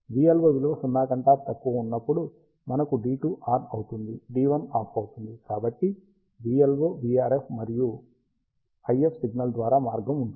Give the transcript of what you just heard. VLO విలువ 0 కన్నా తక్కువగా ఉన్నప్పుడు మనకు D2 ఆన్ అవుతుంది D1 ఆఫ్ అవుతుంది కాబట్టి vLO vRF మరియు IF సిగ్నల్ ద్వారా మార్గం ఉంటుంది